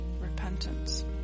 repentance